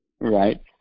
Right